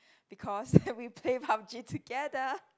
because and we play Pup-g together